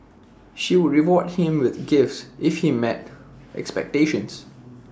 she would reward him with gifts if he met expectations